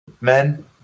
men